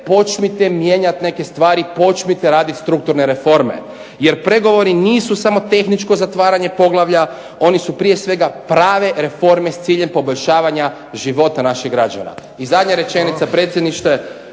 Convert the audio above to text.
počnite mijenjati neke stvari, počnite raditi strukturne reforme. Jer pregovori nisu samo tehničko zatvaranje poglavlja, oni su prije svega prave reforme s ciljem poboljšavanja života naših građana. I zadnja rečenica predsjedniče,